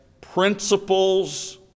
principles